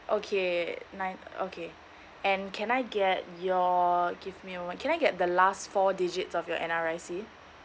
okay nine okay and can I get your give me a moment can I get the last four digit of your N_R_I_C